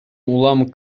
улам